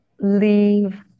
leave